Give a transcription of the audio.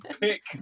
pick